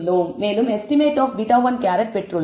மேலும் estimate of β̂1 பெற்றுள்ளோம்